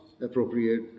appropriate